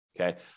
okay